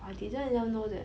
I didn't even know that